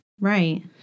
right